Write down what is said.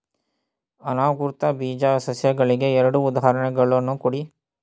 ಅನಾವೃತ ಬೀಜ ಸಸ್ಯಗಳಿಗೆ ಎರಡು ಉದಾಹರಣೆಗಳನ್ನು ಕೊಡಿ